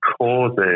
causes